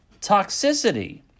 toxicity